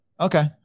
Okay